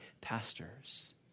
pastors